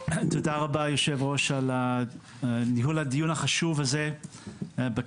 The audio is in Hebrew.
תודה רבה היו"ר על ניהול הדיון החשוב הזה בכנסת,